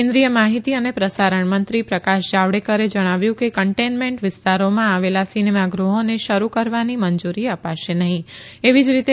કેન્દ્રિય માહિતી અને પ્રસારણમંત્રી પ્રકાશ જાવડેકરે જણાવ્યું કે કન્ટેનમેન્ટ વિસ્તારોમાં આવેલા સિનેમાગૃહોને શરૂ કરવાની મંજૂરી અપાશે નહીંએવી જ રીતે